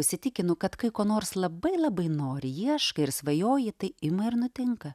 įsitikinu kad kai ko nors labai labai nori ieškai ir svajoji tai ima ir nutinka